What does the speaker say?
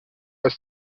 are